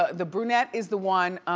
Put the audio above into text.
ah the brunette is the one